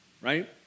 right